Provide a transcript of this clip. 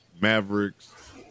Mavericks